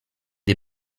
des